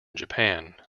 japan